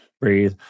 Breathe